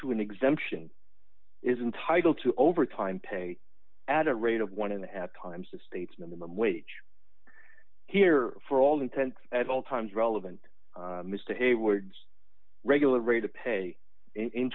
to an exemption is entitled to overtime pay at a rate of one dollar and a half times the state's minimum wage here for all intents at all times relevant mr hayward's regular rate of pay in